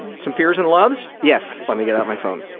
some fears and loves? yes. let me get out my phone.